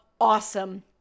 Awesome